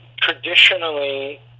traditionally